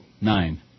nine